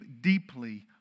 deeply